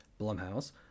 Blumhouse